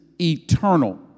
eternal